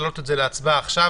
ולהעלות את זה להצבעה עכשיו.